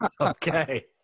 Okay